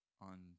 on